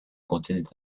contenait